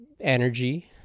Energy